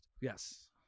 Yes